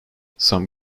some